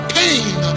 pain